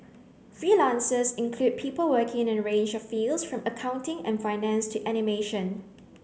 freelancers include people working in a range of fields from accounting and finance to animation